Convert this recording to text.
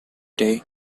day